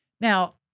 Now